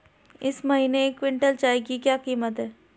इस महीने एक क्विंटल चावल की क्या कीमत है?